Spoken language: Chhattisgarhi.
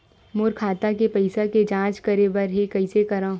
मोर खाता के पईसा के जांच करे बर हे, कइसे करंव?